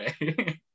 right